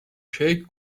کیک